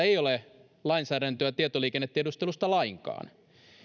ei ole lainsäädäntöä tietoliikennetiedustelusta lainkaan